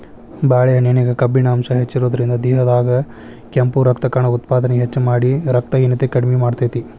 ಬಾಳೆಹಣ್ಣಿನ್ಯಾಗ ಕಬ್ಬಿಣ ಅಂಶ ಹೆಚ್ಚಿರೋದ್ರಿಂದ, ದೇಹದಾಗ ಕೆಂಪು ರಕ್ತಕಣ ಉತ್ಪಾದನೆ ಹೆಚ್ಚಮಾಡಿ, ರಕ್ತಹೇನತೆ ಕಡಿಮಿ ಮಾಡ್ತೆತಿ